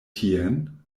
tien